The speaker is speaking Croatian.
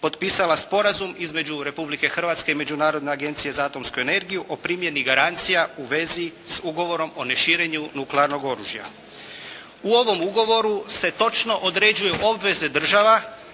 potpisala Sporazum između Republike Hrvatske i Međunarodne agencije za atomsku energiju o primjeni garancija u vezi s Ugovorom o neširenju nuklearnog oružja. U ovom ugovoru se točno određuju obveze država